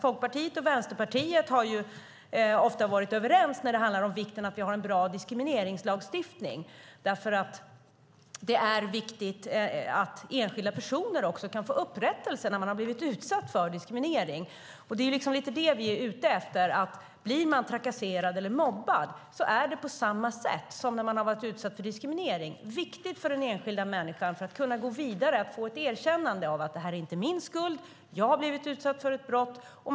Folkpartiet och Vänsterpartiet har ofta varit överens om vikten av att vi har en bra diskrimineringslagstiftning, eftersom det är viktigt att enskilda personer som blivit utsatta för diskriminering kan få upprättelse. Det som vi är ute efter är att om man blir trakasserad eller mobbad är det, på samma sätt som när man har varit utsatt för diskriminering, viktigt för att den enskilda människan ska kunna gå vidare att få ett erkännande av att det inte är min skuld att jag har blivit utsatt för ett brott.